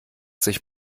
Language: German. sich